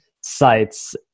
sites